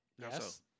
Yes